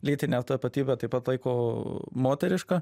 lytinę tapatybę taip pat laiko moteriška